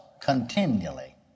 continually